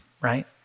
right